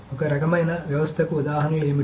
ఈ రకమైన వ్యవస్థకు ఉదాహరణలు ఏమిటి